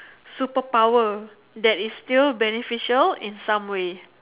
superpower that is still beneficial in some way